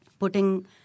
putting